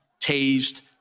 tased